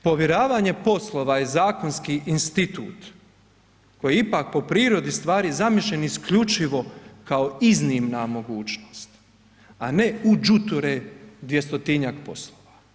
Povjeravanje poslova je zakonski institut koji je ipak po prirodi stvari zamišljen isključivo kao iznimna mogućnost, a ne uđuture 200-tinjak poslova.